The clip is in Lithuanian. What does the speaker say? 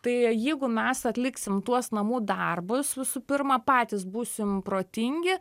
tai jeigu mes atliksim tuos namų darbus visų pirma patys būsim protingi